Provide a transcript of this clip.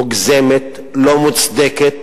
מוגזמת, לא מוצדקת.